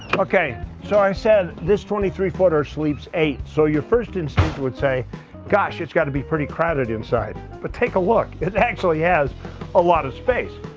okay so is said this twenty three footer sleeps eight so your first instinct would say gosh it's going to be pretty crowded inside but take a look it actually has a lot of space.